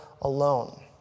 alone